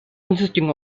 consisting